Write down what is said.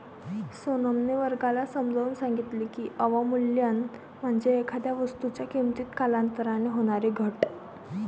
सोनमने वर्गाला समजावून सांगितले की, अवमूल्यन म्हणजे एखाद्या वस्तूच्या किमतीत कालांतराने होणारी घट